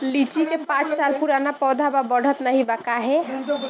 लीची क पांच साल पुराना पौधा बा बढ़त नाहीं बा काहे?